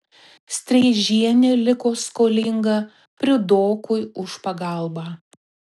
streižienė liko skolinga priudokui už pagalbą